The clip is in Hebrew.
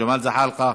ג'מאל זחאלקה,